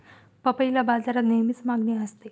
पपईला बाजारात नेहमीच मागणी असते